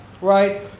right